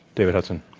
david hudson?